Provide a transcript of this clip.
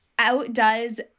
outdoes